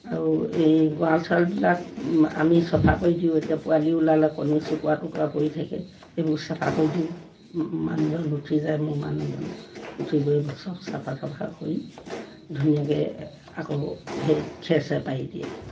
আৰু এই গড়াল চড়ালবিলাক আমি চফা কৰি দিওঁ এতিয়া পোৱালি ওলালে কণী চুকুৰা টুকুৰা পৰি থাকে সেইবোৰ চাফা কৰি দিওঁ মানুহজন উঠি যায় মোৰ মানুহজন উঠি গৈ চব চফা তফা কৰি ধুনীয়াকৈ আকৌ সেই খেৰ চেৰ পাৰি দিয়ে